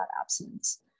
absence